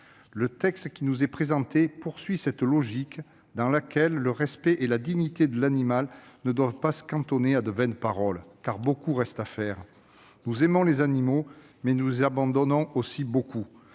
Le texte qui nous est soumis aujourd'hui s'inscrit dans cette logique, au titre de laquelle le respect et la dignité de l'animal ne doivent pas se cantonner à de vaines paroles. Car beaucoup reste à faire. Nous aimons les animaux, mais nous les abandonnons aussi beaucoup.